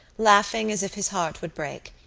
laughing as if his heart would break.